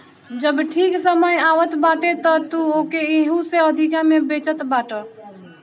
जब ठीक समय आवत बाटे तअ तू ओके एहू से अधिका में बेचत बाटअ